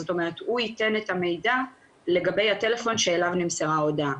זאת אומרת הוא יתן את המידע לגבי הטלפון שאליו נמסרה ההודעה.